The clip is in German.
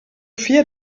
vier